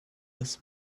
this